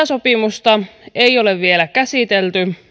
sopimusta ei ole vielä käsitelty